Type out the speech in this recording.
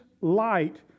light